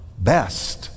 best